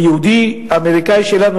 אותו יהודי אמריקני שלנו,